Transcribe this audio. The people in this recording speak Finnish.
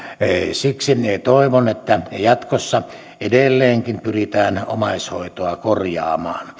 siksi toivon että jatkossa edelleenkin pyritään omaishoitoa korjaamaan